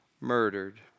murdered